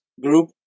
group